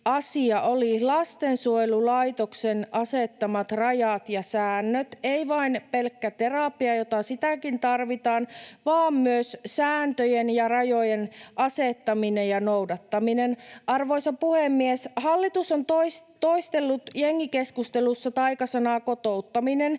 asia oli lastensuojelulaitoksen asettamat rajat ja säännöt — ei vain pelkkä terapia, jota sitäkin tarvitaan, vaan myös sääntöjen ja rajojen asettaminen ja noudattaminen. Arvoisa puhemies! Hallitus on toistellut jengikeskustelussa taikasanaa ”kotouttaminen”.